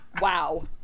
Wow